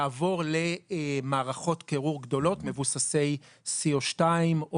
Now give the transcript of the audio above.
לעבור למערכות קירור גדולות מבוססי CO2,